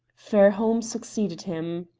fairholme succeeded him.